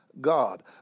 God